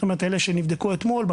זאת אומרת אלו שנבדקו אתמול,